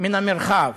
מן המרחב.